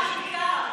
בן אדם הותקף,